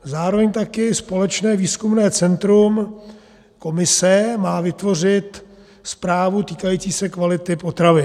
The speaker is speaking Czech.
Zároveň taky společné výzkumné centrum Komise má vytvořit zprávu týkající se kvality potravin.